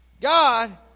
God